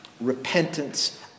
repentance